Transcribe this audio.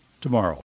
tomorrow